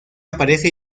aparece